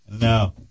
No